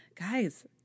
Guys